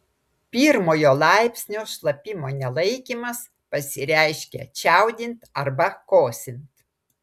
pirmojo laipsnio šlapimo nelaikymas pasireiškia čiaudint arba kosint